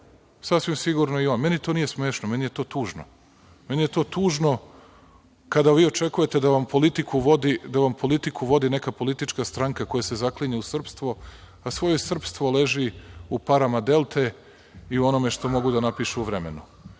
sasvim sigurno i on. Meni to nije smešno, meni je to tužno. Meni je to tužno, kada vi očekujete da vam politiku vodi neka politička stranka koja se zaklinje u srpstvo, a svoje srpstvo leži u parama Delte i u onome što mogu da napišu u Vremenu.